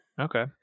Okay